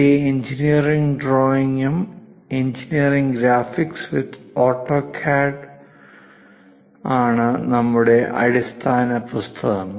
Bhatt engineering ഡ്രോയിംഗും engineering graphics with AutoCAD മാണ് നമ്മുടെ അടിസ്ഥാന പാഠപുസ്തകങ്ങൾ